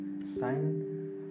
Sign